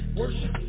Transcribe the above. worship